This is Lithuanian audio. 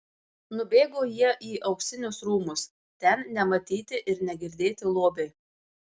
nubėgo jie į auksinius rūmus ten nematyti ir negirdėti lobiai